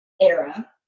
era